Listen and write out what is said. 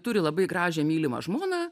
turi labai gražią mylimą žmoną